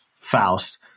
faust